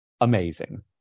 amazing